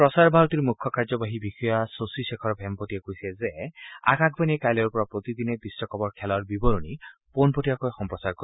প্ৰচাৰ ভাৰতীৰ মুখ্য কাৰ্যবাহী বিষয়া শশী শেখৰ ভেমপতিয়ে কৈছে যে আকাশবাণীয়ে কাইলৈৰ পৰা প্ৰতিদিনে বিশ্বকাপৰ খেলৰ বিৱৰণী পোনপটীয়াকৈ সম্প্ৰচাৰ কৰিব